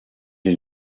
est